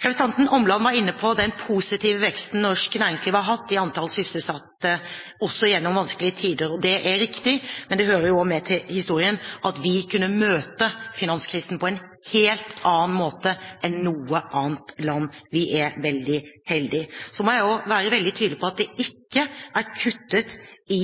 Representanten Omland var inne på den positive veksten norsk næringsliv har hatt i antall sysselsatte, også gjennom vanskelige tider. Det er riktig, men det hører også med til historien at vi kunne møte finanskrisen på en helt annen måte enn noe annet land. Vi er veldig heldige. Så må jeg også være veldig tydelig på at det ikke er kuttet i